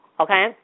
okay